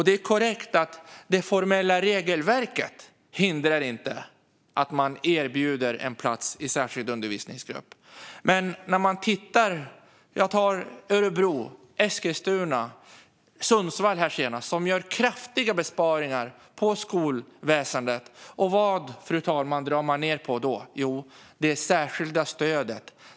Det är korrekt att det formella regelverket inte hindrar att man erbjuder plats i särskild undervisningsgrupp. Men vi kan titta på Örebro, Eskilstuna och nu senast Sundsvall, som gör kraftiga besparingar på skolväsendet. Vad, fru talman, drar man då ned på? Jo, det särskilda stödet.